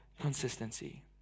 consistency